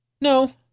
No